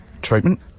treatment